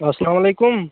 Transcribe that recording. اسلام علیکُم